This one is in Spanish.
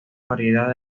variedad